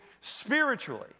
spiritually